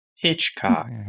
Hitchcock